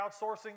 crowdsourcing